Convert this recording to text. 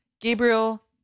Gabriel